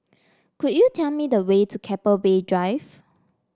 could you tell me the way to Keppel Bay Drive